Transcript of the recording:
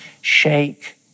Shake